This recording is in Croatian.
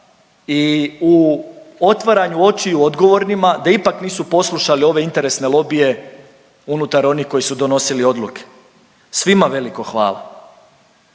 i u otvaranju očiju odgovornima da ipak nisu poslušali ove interesne lobije unutar onih koji su donosili odluke. Svima veliko hvala,